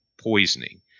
poisoning